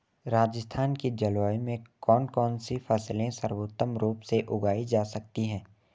राजस्थान की जलवायु में कौन कौनसी फसलें सर्वोत्तम रूप से उगाई जा सकती हैं?